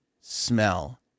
smell